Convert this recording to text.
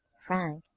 frank